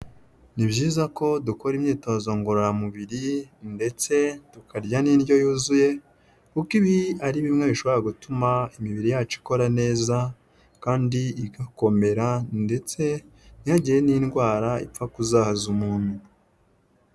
Ni byiza ko dukora imyitozo ngororamubiri ndetse tukarya n'indyo yuzuye kuko ibi ari bimwe bishobora gutuma imibiri yacu ikora neza kandi igakomera ndetse ntihagire n'indwara ipfa kuzahaza umuntu.